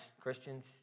Christians